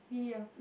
really ah